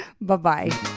bye-bye